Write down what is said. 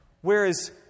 whereas